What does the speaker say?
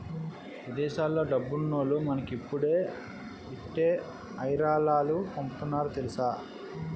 విదేశాల్లో డబ్బున్నోల్లు మనకిప్పుడు ఇట్టే ఇరాలాలు పంపుతున్నారు తెలుసా